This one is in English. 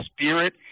Spirit